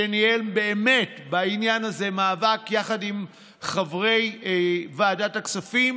שבאמת ניהל בעניין הזה מאבק יחד עם חברי ועדת הכספים,